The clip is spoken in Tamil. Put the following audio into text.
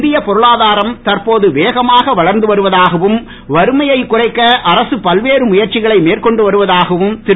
இந்திய பொருளாதாரம் தற்போது வேகமாக வளர்ந்து வருவதாகவும் வறுமையை குறைக்க அரசு பல்வேறு முயற்சிகளை மேற்கொண்டு வருவதாகவும் திரு